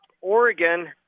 Oregon